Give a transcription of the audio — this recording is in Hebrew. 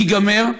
ייגמר.